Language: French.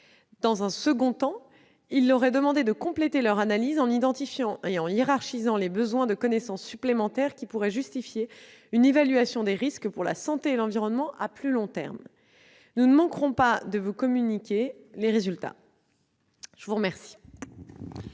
Dans un second temps, l'Agence devra compléter son analyse en identifiant et en hiérarchisant les besoins de connaissances supplémentaires qui pourraient justifier une évaluation des risques pour la santé et l'environnement à plus long terme. Nous ne manquerons pas, madame la sénatrice, de vous communiquer les résultats de ces travaux.